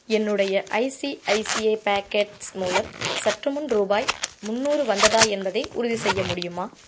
என்னுடைய ICICI pockets மூலம் சற்றுமுன் ரூபாய் முன்னூறு வந்ததா என்பதை உறுதிசெய்ய முடியுமா